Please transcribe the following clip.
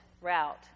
route